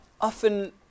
often